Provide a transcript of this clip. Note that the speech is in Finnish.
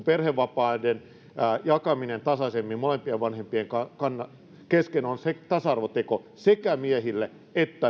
perhevapaiden jakaminen tasaisemmin molempien vanhempien kesken on tasa arvoteko sekä miehille että